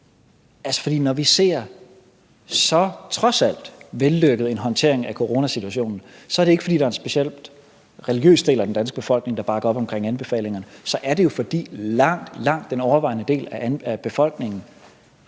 For når vi ser en så trods alt vellykket håndtering af coronasituationen, er det ikke, fordi der er en speciel religiøs del af den danske befolkning, der bakker op omkring anbefalingerne, så er det jo, fordi langt, langt den overvejende del af befolkningen